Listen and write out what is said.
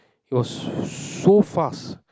it was so fast